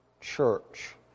church